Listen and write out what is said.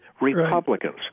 Republicans